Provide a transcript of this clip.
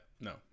no